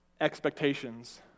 expectations